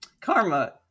Karma